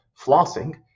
flossing